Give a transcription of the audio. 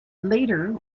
later